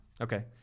Okay